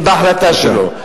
ובהחלטה שלו.